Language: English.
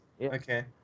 Okay